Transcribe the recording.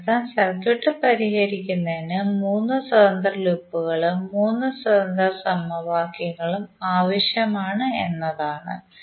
അതിനർത്ഥം സർക്യൂട്ട് പരിഹരിക്കുന്നതിന് 3 സ്വതന്ത്ര ലൂപ്പുകളും 3 സ്വതന്ത്ര സമവാക്യങ്ങളും ആവശ്യമാണ് എന്നാണ്